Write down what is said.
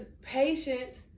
patience